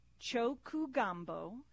chokugambo